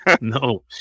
no